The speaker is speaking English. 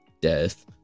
death